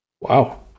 Wow